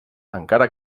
encara